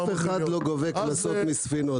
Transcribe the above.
אף אחד לא גובה קנסות מספינות, זו אגדה.